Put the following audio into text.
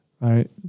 Right